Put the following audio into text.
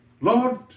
Lord